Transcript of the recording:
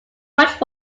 much